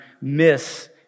miss